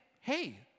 hey